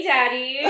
Daddy